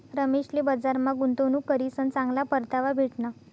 रमेशले बजारमा गुंतवणूक करीसन चांगला परतावा भेटना